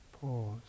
pause